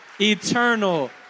eternal